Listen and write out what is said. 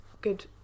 Good